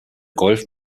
golf